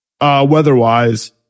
weather-wise